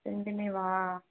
ரெண்டுமேவா